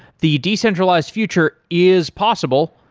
the decentralized future is possible,